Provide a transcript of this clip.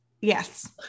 Yes